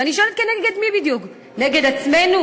ואני שואלת נגד מי בדיוק, נגד עצמנו?